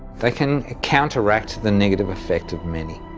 they can counter-act the negative effect of many.